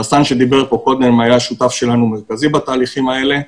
חסן שדיבר פה קודם היה שותף שלנו מרכזי בתהליכים האלה.